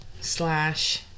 slash